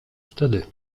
wtedy